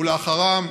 ואחריה,